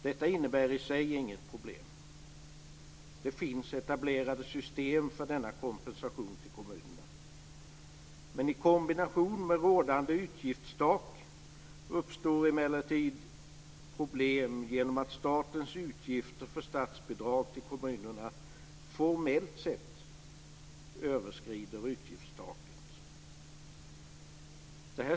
Detta innebär i sig inget problem. Det finns etablerade system för denna kompensation till kommunerna. I kombination med rådande utgiftstak uppstår emellertid problem genom att statens utgifter för statsbidrag till kommunerna formellt sett överskrider utgiftstaket.